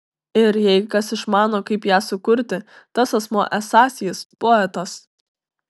ir jei kas išmano kaip ją sukurti tas asmuo esąs jis poetas